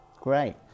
great